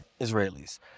Israelis